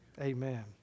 Amen